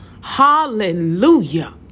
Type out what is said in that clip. Hallelujah